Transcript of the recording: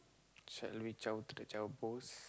shall we zao to the zao post